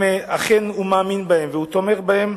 אכן הוא מאמין בהם והוא תומך בהם,